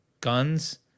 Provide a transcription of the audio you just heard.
guns